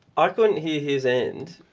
i couldn't hear his end.